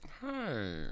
Hi